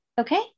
Okay